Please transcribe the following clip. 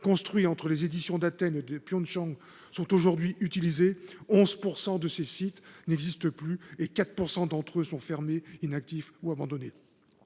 construits entre les éditions d’Athènes, en 1896, et de Pyeongchang, en 2018, sont aujourd’hui utilisés, 11 % de ces sites n’existent plus et 4 % d’entre eux sont fermés, inactifs ou abandonnés.